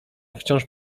wciąż